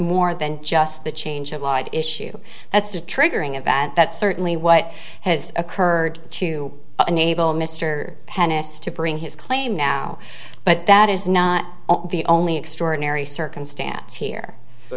more than just the change of wide issue that's the triggering event that's certainly what has occurred to enable mr pennis to bring his claim now but that is not the only extraordinary circumstance here